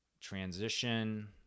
transition